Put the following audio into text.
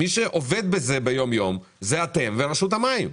מי שעובד בזה יום יום זה אתם ורשות המים.